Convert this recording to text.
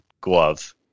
glove